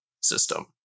system